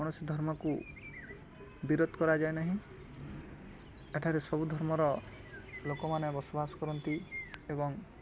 କୌଣସି ଧର୍ମକୁ ବିରୋଧ କରାଯାଏ ନାହିଁ ଏଠାରେ ସବୁ ଧର୍ମର ଲୋକମାନେ ବସବାସ କରନ୍ତି ଏବଂ